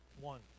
one